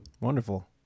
Wonderful